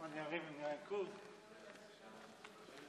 אנחנו עוסקים היום בתקנות החינוך,